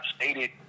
stated